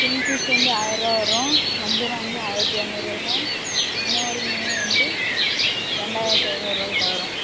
kingfish வந்து ஆயர்ரூவா வரும் வஞ்சரம் வந்து ஆயிரத்து ஐந்நூறுரூவா வரும் இன்னொரு மீன் வந்து ரெண்டாயிரத்து ஐந்நூறுவாக்கிட்ட வரும்